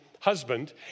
husband